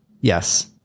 yes